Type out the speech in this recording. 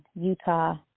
Utah